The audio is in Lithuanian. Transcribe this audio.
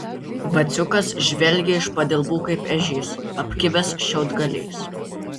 vaciukas žvelgė iš padilbų kaip ežys apkibęs šiaudgaliais